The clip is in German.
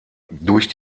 durch